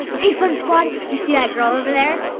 hey, fun squad! do you see that girl over there?